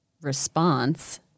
response